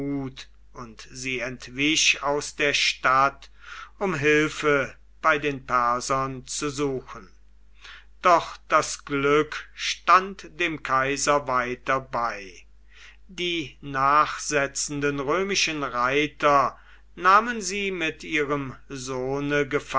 und sie entwich aus der stadt um hilfe bei den persern zu suchen doch das glück stand dem kaiser weiter bei die nachsetzenden römischen reiter nahmen sie mit ihrem sohne